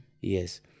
Yes